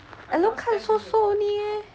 alucard so so only leh